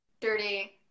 dirty